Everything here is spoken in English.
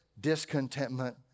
discontentment